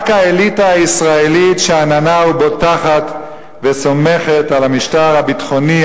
רק האליטה הישראלית שאננה ובוטחת וסומכת על המשטר הביטחוני,